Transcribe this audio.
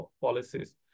policies